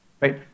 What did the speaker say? right